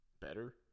better